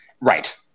Right